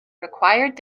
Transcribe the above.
required